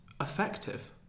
effective